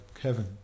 Kevin